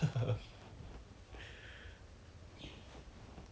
but but yours is yours is also let right or let's say